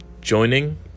Joining